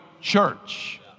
church